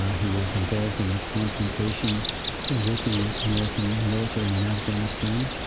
he was involved in a confrontation with the american military in afghanistan.